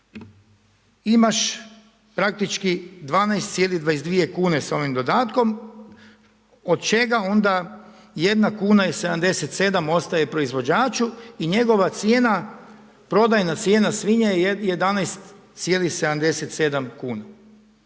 imaš praktički 12,22 kune s ovim dodatkom od čega onda 1 kuna i 77 ostaje proizvođaču i njegova cijena, prodajna cijena svinje je 11,77 kn.